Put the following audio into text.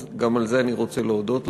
אז גם על זה אני רוצה להודות לו.